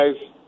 guys